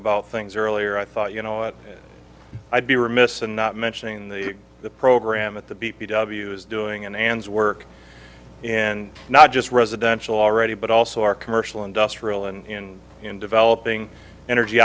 about things earlier i thought you know it i'd be remiss in not mentioning the the program at the b p w is doing an ans work and not just residential already but also our commercial industrial and in developing energy